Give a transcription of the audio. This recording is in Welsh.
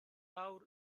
awr